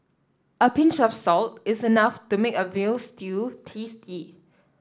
a pinch of salt is enough to make a veal stew tasty